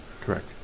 Correct